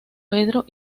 pedro